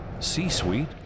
C-Suite